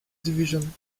division